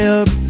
up